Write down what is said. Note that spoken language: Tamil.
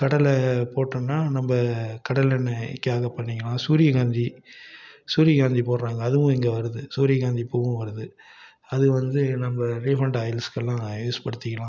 கடலை போட்டோம்னா நம்ம கடலெண்ணெய்க்காக பண்ணிக்கலாம் சூரியகாந்தி சூரியகாந்தி போடுறாங்க அதுவும் இங்கே வருது சூரியகாந்தி பூவும் வருது அது வந்து நம்ம ரீஃபண்ட் ஆயில்லுகெல்லாம் யூஸ் படுத்திக்கலாம்